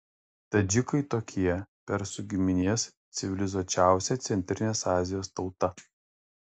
tadžikai tokie persų giminės civilizuočiausia centrinės azijos tauta